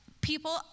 people